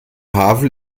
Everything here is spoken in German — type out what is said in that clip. havel